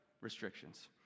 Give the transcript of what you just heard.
restrictions